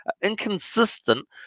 inconsistent